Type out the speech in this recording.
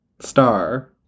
Star